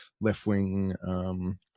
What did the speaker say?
left-wing